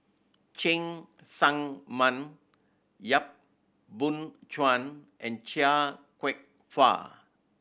Cheng Tsang Man Yap Boon Chuan and Chia Kwek Fah